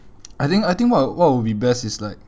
I think I think what what would be best is like